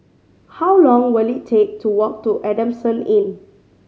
how long will it take to walk to Adamson Inn